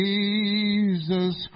Jesus